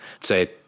Say